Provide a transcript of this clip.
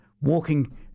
walking